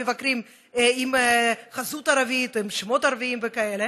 מבקרים עם חזות ערבית ועם שמות ערביים וכאלה,